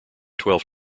twelve